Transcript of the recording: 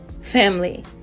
family